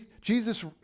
Jesus